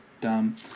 dumb